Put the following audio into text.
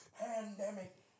Pandemic